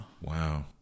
Wow